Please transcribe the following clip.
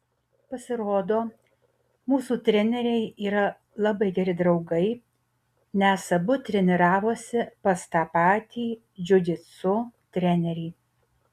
pasirodo mūsų treneriai yra labai geri draugai nes abu treniravosi pas tą patį džiudžitsu trenerį